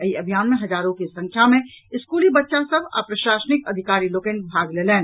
एहि अभियान मे हजारो के संख्या मे स्कूली बच्चा सभ आ प्रशासनिक अधिकारी लोकनि भाग लेलनि